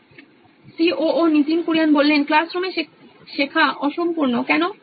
নীতিন কুরিয়ান সি ও ও নোইন ইলেকট্রনিক্স ক্লাসরুমে শেখা অসম্পূর্ণ কেনো